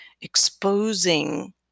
exposing